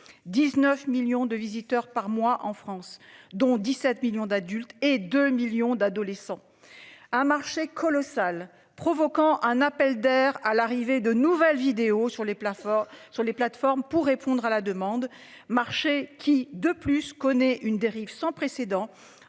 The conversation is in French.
19 millions de visiteurs par mois en France dont 17 millions d'adultes et 2 millions d'adolescents. Un marché colossal, provoquant un appel d'air à l'arrivée de nouvelles vidéos sur les plats fort sur les plateformes pour répondre à la demande, marché qui de plus connaît une dérive sans précédent